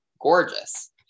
Gorgeous